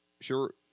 Sure